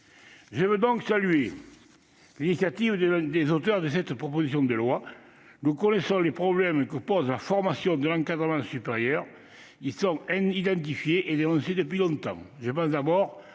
Je salue donc l'initiative des auteurs de cette proposition de loi. Nous connaissons les problèmes que pose la formation de l'encadrement supérieur. Ils sont identifiés et dénoncés depuis longtemps.